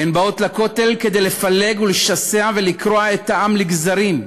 הן באות לכותל כדי לפלג ולשסע ולקרוע את העם לגזרים.